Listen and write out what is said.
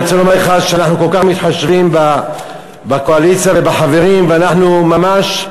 אני רוצה לומר לך שאנחנו כל כך מתחשבים בקואליציה ובחברים ואנחנו ממש,